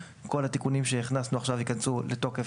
כל התיקונים שהכנסנו עכשיו ייכנסו לתוקף